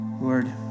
Lord